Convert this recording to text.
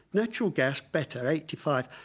natural gas better eighty five.